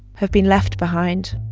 have been left behind.